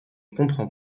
comprend